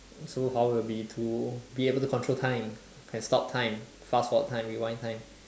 superpower would be to be able to control time can stop time fast forward time rewind time